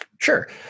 Sure